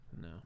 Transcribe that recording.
No